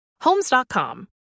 Homes.com